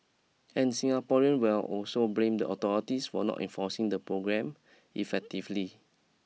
and Singaporean will also blame the authorities for not enforcing the programme effectively